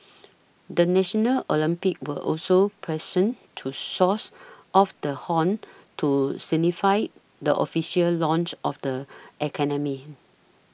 the national Olympians were also present to source off the horn to signify the official launch of the academy